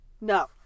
No